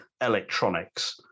electronics